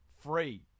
Free